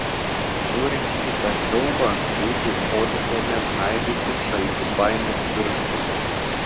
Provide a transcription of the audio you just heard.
žiūrint į tą siaubą keitei odą ėmė žnaibyti šalti baimės pirštai